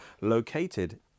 located